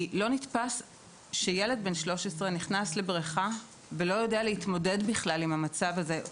כי לא נתפס שילד בן 13 נכנס לבריכה ובכלל לא יודע להתמודד עם המצב הזה.